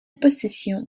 possession